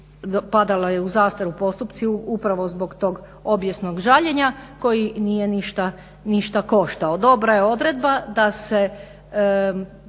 padala je zastaru postupci upravo zbog tog obijesnog žaljenja koji nije ništa koštao. Dobra je odredba da se